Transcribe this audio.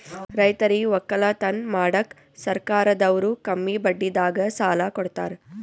ರೈತರಿಗ್ ವಕ್ಕಲತನ್ ಮಾಡಕ್ಕ್ ಸರ್ಕಾರದವ್ರು ಕಮ್ಮಿ ಬಡ್ಡಿದಾಗ ಸಾಲಾ ಕೊಡ್ತಾರ್